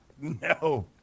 no